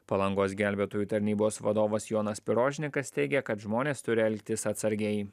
palangos gelbėtojų tarnybos vadovas jonas pirožnikas teigia kad žmonės turi elgtis atsargiai